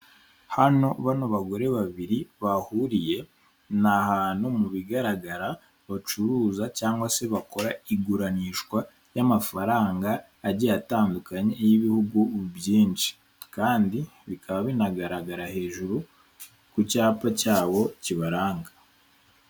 Hano bano bagore babiri bahuriye ni ahantu mu bigaragara bacuruza cyangwa se bakora iguranishwa ry'amafaranga agiye atandukanye y'ibihugu byinshi kandi bikaba binagaragara hejuru ku cyapa cyabo kibaranga.